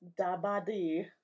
Dabadi